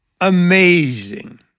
Amazing